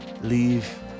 leave